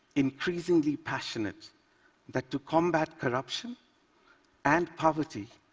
increasingly passionate that to combat corruption and poverty,